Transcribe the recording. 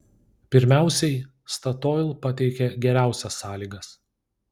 pirmiausiai statoil pateikė geriausias sąlygas